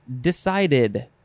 decided